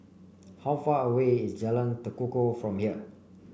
how far away is Jalan Tekukor from here